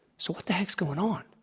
so what the heck's going on?